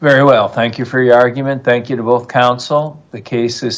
very well thank you for your argument thank you to both counts all cases